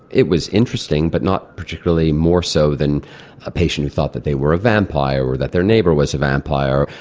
it was interesting but not particularly more so than a patient who thought that they were a vampire, or that their neighbour was a vampire.